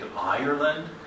Ireland